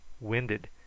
winded